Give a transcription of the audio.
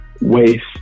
waste